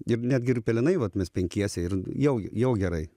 ir netgi ir pelenai vat mes penkiese ir jau jau gerai